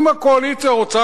אם הקואליציה רוצה,